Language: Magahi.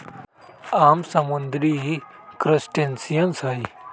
आम समुद्री क्रस्टेशियंस हई